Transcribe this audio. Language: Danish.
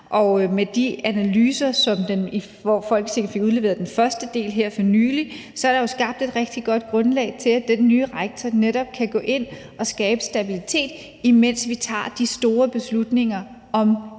og med de analyser, hvoraf Folketinget fik udleveret den første del her for nylig, er der jo skabt et rigtig godt grundlag for, at den nye rektor netop kan gå ind og skabe stabilitet, imens vi tager de store beslutninger om